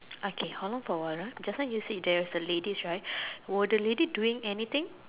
okay hold on for a while ah just now you say there was a ladies right were the lady doing anything